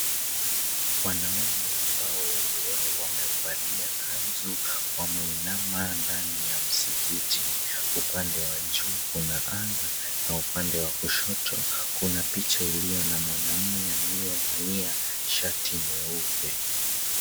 Wanaume ambao wengi wao wamevalia kanzu, wameinama ndani ya msikiti. Upande wa juu kuna anga na upande wa kushoto kuna picha iliyo na mwanaume aliyevalia shati nyeupe.